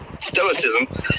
stoicism